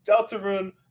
Deltarune